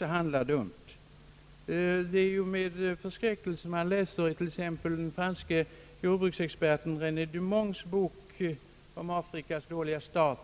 handlar dumt. Det är med förskräckelse vi kan läsa exempelvis den franske jordbruksexperten René Dumonts bok om Afrikas dåliga start.